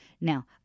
Now